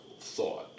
thought